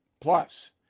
Plus